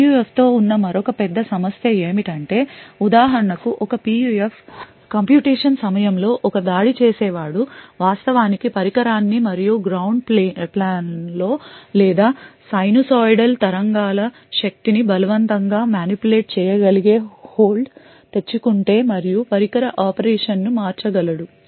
PUF తో ఉన్న మరొక పెద్ద సమస్య ఏమిటంటే ఉదాహరణకు ఒక PUF గణన సమయంలో ఒక దాడి చేసేవాడు వాస్తవానికి పరికరాన్ని మరియు గ్రౌండ్ ప్లేన్లో లేదా సైనూసోయిడల్ తరంగాల శక్తి ని బలవంతం గ మానిప్యులేట్ చేయగలిగే హోల్డ్ తెచ్చుకుంటే మరియు పరికర ఆపరేషన్ను మార్చగలడు